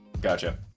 gotcha